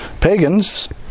pagans